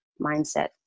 mindset